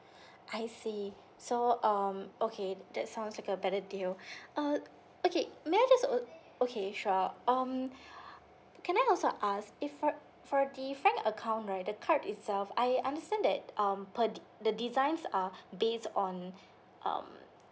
I see so um okay that sounds like a better deal uh okay may I just o~ okay sure um can I also ask if for for the frank account right the card itself I understand that um per the the designs are based on um